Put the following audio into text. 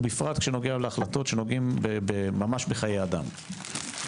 ובפרט כשנוגע להחלטות שנוגעות ממש בחיי אדם.